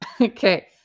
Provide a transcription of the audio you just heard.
Okay